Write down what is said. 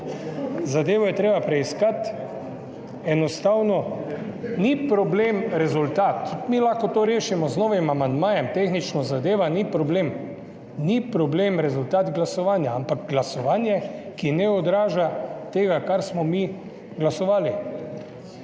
Zadevo je treba preiskati, enostavno. Ni problem rezultat, mi lahko to rešimo z novim amandmajem, tehnično zadeva ni problem. Ni problem rezultat glasovanja, ampak glasovanje, ki ne odraža tega, kar smo mi glasovali.